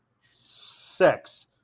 Sex